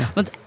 Want